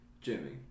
Jimmy